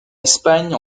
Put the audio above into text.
espagne